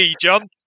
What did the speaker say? John